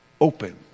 open